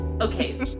Okay